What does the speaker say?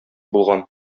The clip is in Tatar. булган